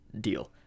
deal